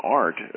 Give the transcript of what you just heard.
art